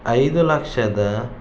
ಐದು ಲಕ್ಷದ